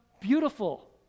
beautiful